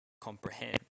comprehend